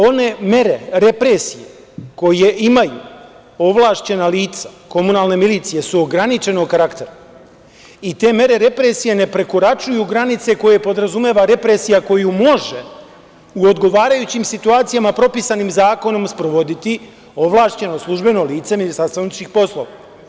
One mere represije koje imaju ovlašćena lica komunalne milicije su ograničenog karaktera i te mere represije ne prekoračuju granice koju podrazumeva represija koju može, u odgovarajućim situacijama, propisanim zakonom, sprovoditi ovlašćeno službeno lice Ministarstva unutrašnjih poslova.